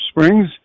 Springs